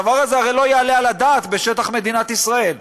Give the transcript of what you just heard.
הדבר הזה הרי לא יעלה על הדעת בשטח מדינת ישראל.